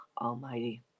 almighty